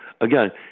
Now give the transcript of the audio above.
again